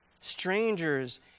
strangers